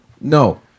No